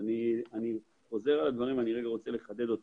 אני חוזר על הדברים, אני רוצה לחדד אותם.